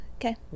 Okay